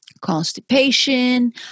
constipation